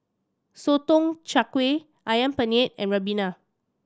Sotong Char Kway Ayam Penyet and Ribena